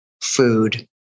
food